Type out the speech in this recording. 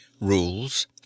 Rules